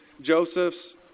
Joseph's